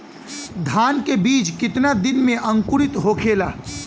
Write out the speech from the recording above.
धान के बिज कितना दिन में अंकुरित होखेला?